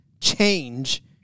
change